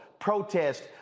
protest